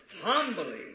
humbly